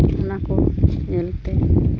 ᱚᱱᱟ ᱠᱚ ᱧᱮᱞᱛᱮ